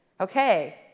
Okay